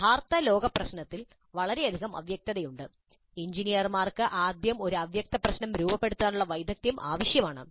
യഥാർത്ഥ ലോക പ്രശ്നത്തിൽ വളരെയധികം അവ്യക്തതയുണ്ട് എഞ്ചിനീയർമാർക്ക് ആദ്യം ഒരു അവ്യക്തപ്രശ്നം രൂപപ്പെടുത്താനുള്ള വൈദഗ്ദ്ധ്യം ആവശ്യമാണ്